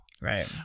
Right